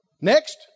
next